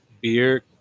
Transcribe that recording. beer